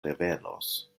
revenos